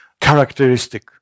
characteristic